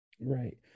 Right